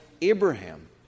Abraham